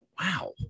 Wow